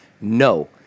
No